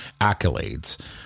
accolades